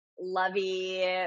lovey